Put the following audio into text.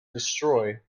destroy